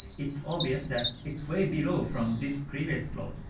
it's obvious that it's way below from this previous low,